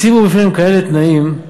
הציבו בפניהם כאלה תנאים.